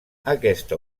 aquesta